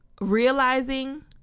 realizing